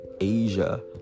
asia